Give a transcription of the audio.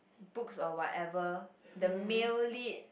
books or whatever the male lead